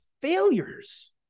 failures